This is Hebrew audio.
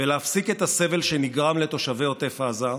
ולהפסיק את הסבל שנגרם לתושבי עוטף עזה.